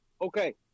okay